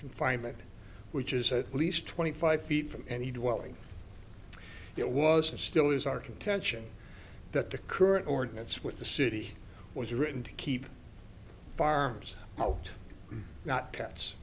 confinement which is at least twenty five feet from any dwelling it was and still is our contention that the current ordinance with the city was written to keep farms out not